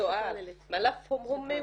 אסמאהן,